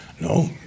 No